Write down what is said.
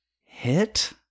hit